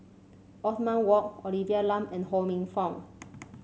Othman Wok Olivia Lum and Ho Minfong